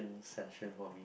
session for me